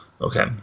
Okay